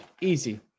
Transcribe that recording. Easy